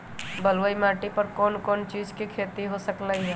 बलुई माटी पर कोन कोन चीज के खेती हो सकलई ह?